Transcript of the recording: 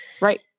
Right